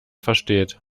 versteht